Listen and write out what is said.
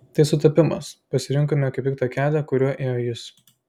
tai sutapimas pasirinkome kaip tik tą kelią kuriuo ėjo jis